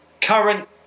current